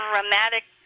dramatic